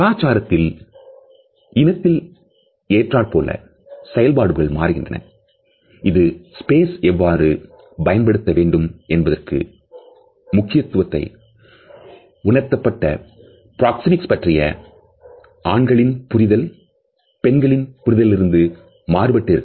கலாச்சாரத்தில் இனத்தில் ஏற்றார் போல செயல்பாடுகள் மாறுகின்றன இது ஸ்பேஸ் எவ்வாறு பயன்படுத்த வேண்டும் என்பதற்கு முக்கியத்துவம் உணரப்பட்டது பிராக்சேமிக்ஸ் பற்றிய ஆண்களின் புரிதல் பெண்களின் புரிதல்களிலிருந்த மாறுபட்டிருக்கும்